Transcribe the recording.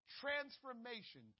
Transformation